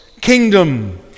kingdom